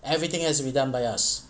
everything has to be done by us